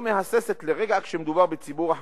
לא מהססת לרגע כשמדובר בציבור החרדי.